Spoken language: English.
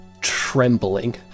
trembling